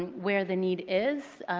and where the need is.